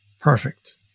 Perfect